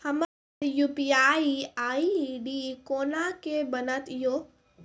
हमर UPI ID कोना के बनत यो?